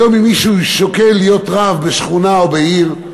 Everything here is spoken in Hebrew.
היום אם מישהו שוקל להיות רב בשכונה או בעיר,